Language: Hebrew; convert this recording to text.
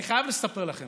אני חייב לספר לכם